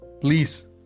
please